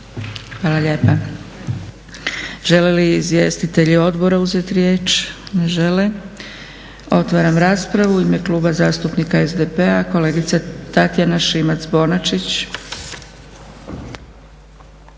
Hvala lijepa. Žele li izvjestitelji odbora uzet riječ? Ne žele. Otvaram raspravu. U ime Kluba zastupnika SDP-a, kolegica Tatjana Šimac-Bonačić.